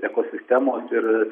ekosistemos ir